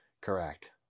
correct